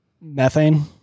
methane